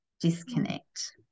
disconnect